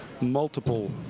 multiple